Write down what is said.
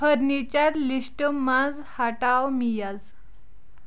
furniture list منز ہٹاو میز